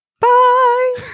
Bye